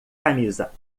camisa